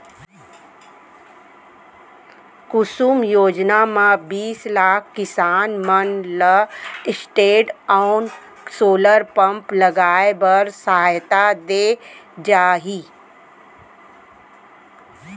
कुसुम योजना म बीस लाख किसान मन ल स्टैंडओन सोलर पंप लगाए बर सहायता दे जाही